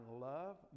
love